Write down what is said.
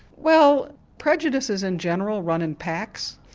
well prejudices in general run in packs,